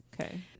okay